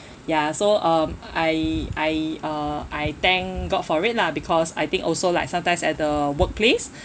ya so um I I uh I thank god for it lah because I think also like sometimes at the workplace